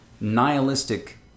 nihilistic